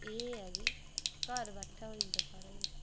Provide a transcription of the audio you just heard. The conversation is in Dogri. एह् ऐ कि घर बैठे दे होई जंदा सबकिश